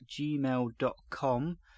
gmail.com